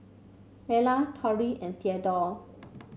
Lelar Torie and Theadore